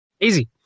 easy